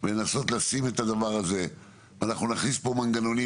אנחנו נכניס פה מנגנונים,